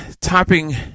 topping